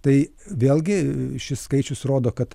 tai vėlgi šis skaičius rodo kad